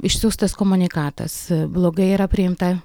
išsiųstas komunikatas blogai yra priimta